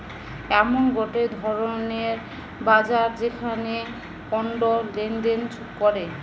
এমন গটে ধরণের বাজার যেখানে কন্ড লেনদেন করে